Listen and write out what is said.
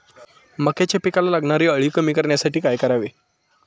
मक्याच्या पिकाला लागणारी अळी कमी करण्यासाठी काय करावे?